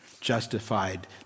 justified